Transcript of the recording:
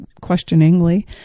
questioningly